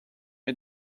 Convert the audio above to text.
mes